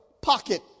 pocket